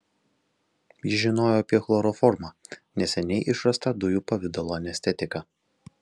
jis žinojo apie chloroformą neseniai išrastą dujų pavidalo anestetiką